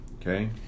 Okay